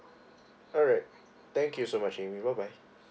alright thank you so much amy bye bye